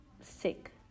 sick